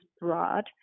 broad